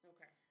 Okay